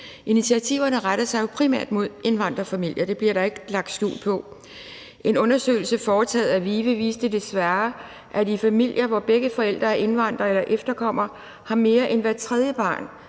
Initiativerne retter sig jo primært mod indvandrerfamilier. Det bliver der ikke lagt skjul på. En undersøgelse foretaget af VIVE vidste desværre, at i familier, hvor begge forældre er indvandrere eller efterkommere, har mere end hvert tredje barn